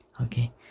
Okay